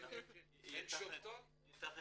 הן שובתות?